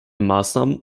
maßnahmen